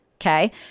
okay